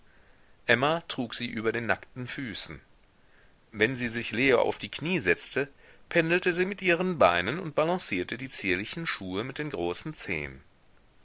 emma trug sie über den nackten füßen wenn sie sich leo auf die knie setzte pendelte sie mir ihren beinen und balancierte die zierlichen schuhe mit den großen zehen